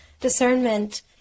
discernment